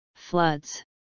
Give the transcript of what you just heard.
Floods